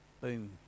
Boom